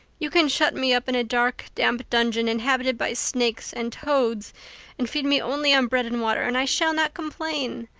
you can shut me up in a dark, damp dungeon inhabited by snakes and toads and feed me only on bread and water and i shall not complain.